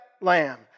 lamb